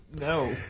No